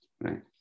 right